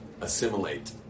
assimilate